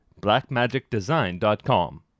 blackmagicdesign.com